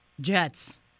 Jets